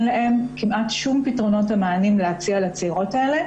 כמעט שום פתרונות ומענים להציע לצעירות האלו.